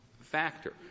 factor